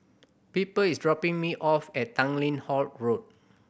Piper is dropping me off at Tanglin Halt Road